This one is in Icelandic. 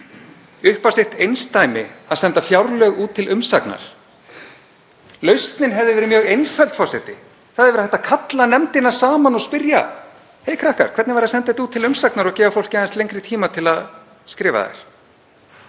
upp á sitt eindæmi að senda fjárlög út til umsagnar. Lausnin hefði verið mjög einföld, forseti, það hefði verið hægt að kalla nefndina saman og spyrja: Hey krakkar, hvernig væri að senda þetta út til umsagnar og gefa fólki aðeins lengri tíma til að skrifa þær?